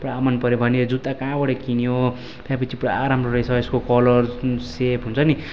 पुरा मन पऱ्यो भन्यो यो जुत्ता कहाँबाट किन्यो त्याँपिच्छे पुरा राम्रो रहेछ यसको कलर जुन सेप हुन्छ नि